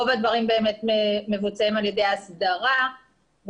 רוב הדברים מבוצעים על ידי הסדרה ויש